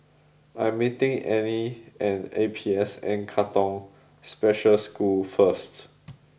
I'm meeting Anie at A P S N Katong Special School first